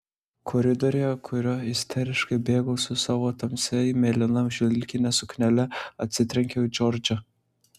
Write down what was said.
koridoriuje kuriuo isteriškai bėgau su savo tamsiai mėlyna šilkine suknele atsitrenkiau į džordžą